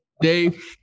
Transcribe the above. Dave